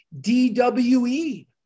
DWE